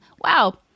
Wow